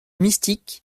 mystique